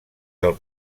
del